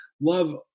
love